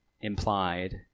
implied